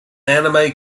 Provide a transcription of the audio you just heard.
anime